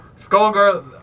Skullgirl